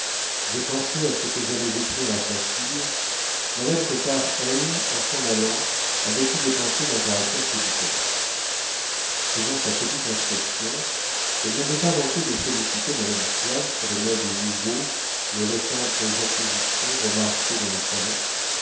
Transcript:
je pensais à ce que j'allais écrire à sa fille mme cottard elle en s'en allant avait eu des pensées d'un caractère tout différent faisant sa petite inspection elle n'avait pas manqué de féliciter mme swann sur les meubles nouveaux les récentes acquisitions remarquées dans le salon